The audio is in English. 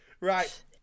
Right